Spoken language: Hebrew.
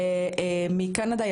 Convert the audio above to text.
מקנדה,